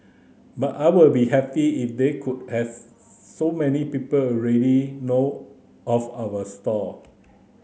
but I would be if they could so many people already know of our stall